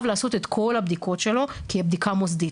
לעשות את כל הבדיקות שלו כבדיקה מוסדית.